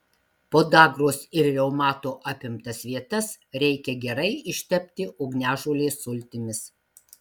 podagros ir reumato apimtas vietas reikia gerai ištepti ugniažolės sultimis